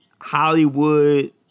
Hollywood